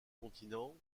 continents